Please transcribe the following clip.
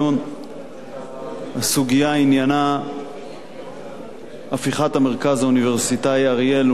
הסוגיה שעניינה הפיכת המרכז האוניברסיטאי אריאל לאוניברסיטה,